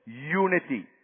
unity